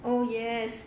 oh yes